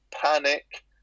panic